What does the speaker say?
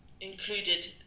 included